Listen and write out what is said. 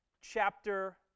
chapter